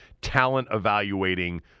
talent-evaluating